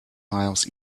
miles